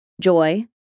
joy